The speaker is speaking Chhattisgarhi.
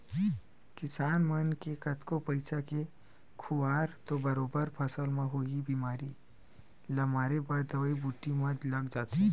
किसान मन के कतको पइसा के खुवार तो बरोबर फसल म होवई बेमारी ल मारे बर दवई बूटी म लग जाथे